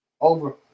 Over